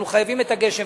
אנחנו חייבים גשם.